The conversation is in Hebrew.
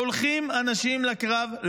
שולחים אנשים לקרב,